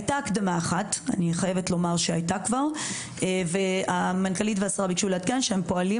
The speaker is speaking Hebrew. אני חייבת לומר שהייתה כבר הקדמה אחת והמנכ"לית והשרה ביקשו לעדכן שפועלים